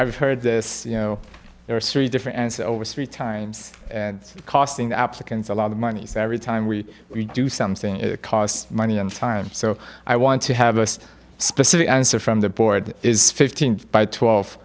i've heard this you know there are three different and so over three times and it's costing applicants a lot of money so every time we do something it costs money and time so i want to have a specific answer from the board is fifteen by twelve